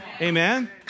Amen